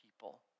people